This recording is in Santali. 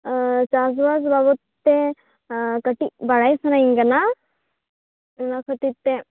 ᱪᱟᱥ ᱵᱟᱥ ᱵᱟᱵᱚᱫ ᱛᱮ ᱠᱟ ᱴᱤᱡ ᱵᱟᱰᱟᱭ ᱥᱟᱱᱟᱭᱟᱹᱧ ᱠᱟᱱᱟ ᱚᱱᱟ ᱠᱷᱟ ᱛᱤᱨ ᱛᱮ